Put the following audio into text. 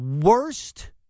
worst